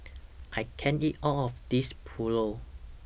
I can't eat All of This Pulao